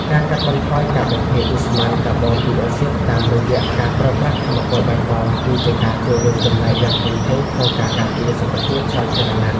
ការកាត់បន្ថយការបំភាយឧស្ម័នកាបូនឌីអុកស៊ីតតាមរយៈការប្រើប្រាស់ថាមពលបៃតង គឺជាការចូលរួមចំណែកយ៉ាងធំធេងក្នុងការការពារសុខភាពសាធារណៈ។